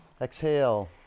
Exhale